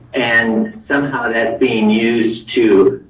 and somehow that's being used to